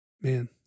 Man